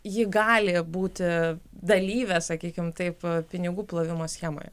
ji gali būti dalyve sakykim taip pinigų plovimo schemoje